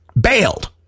bailed